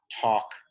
talk